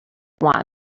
want